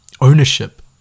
Ownership